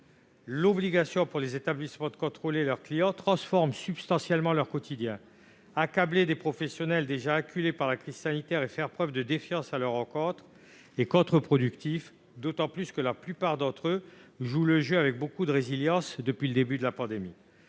l'obligation pour les établissements de contrôler leurs clients transforme substantiellement leur quotidien. Il est contre-productif d'accabler des professionnels déjà acculés par la crise sanitaire et de faire preuve de défiance à leur égard, d'autant plus que la plupart d'entre eux jouent le jeu avec beaucoup de résilience depuis le début de la pandémie.